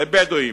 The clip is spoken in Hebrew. לבדואים,